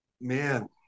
man